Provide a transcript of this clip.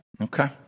Okay